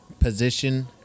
position